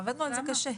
עבדנו על זה קשה.